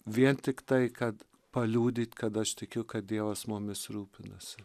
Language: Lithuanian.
vien tiktai kad paliudyt kad aš tikiu kad dievas mumis rūpinasi